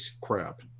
crap